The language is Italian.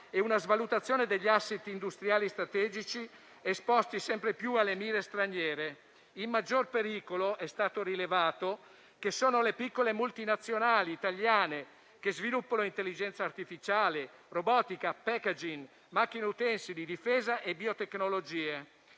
e una svalutazione degli *asset* industriali strategici, esposti sempre più alle mire straniere. È stato rilevato che in condizione di maggior pericolo sono le piccole multinazionali italiane che sviluppano intelligenza artificiale, robotica, *packaging,* macchine utensili, difesa e biotecnologie.